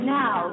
now